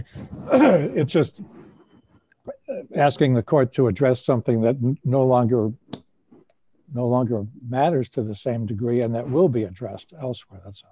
me it's just asking the court to address something that no longer no longer matters to the same degree and that will be addressed